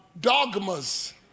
dogmas